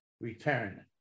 return